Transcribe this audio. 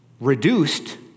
reduced